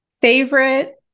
Favorite